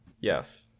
Yes